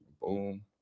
Boom